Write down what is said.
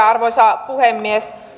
arvoisa puhemies